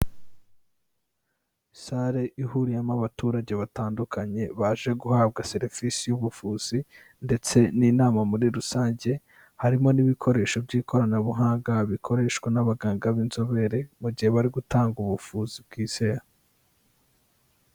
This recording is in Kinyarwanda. Sale ihuriyemo abaturage batandukanye baje guhabwa serivisi y'ubuvuzi ndetse n'inama muri rusange harimo n'ibikoresho by'ikoranabuhanga bikoreshwa n'abaganga b'inzobere mu gihe bari gutanga ubuvuzi bwizewe.